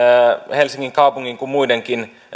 helsingin kaupungin kuin muidenkin